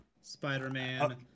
spider-man